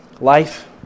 Life